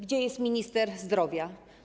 Gdzie jest minister zdrowia?